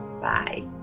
Bye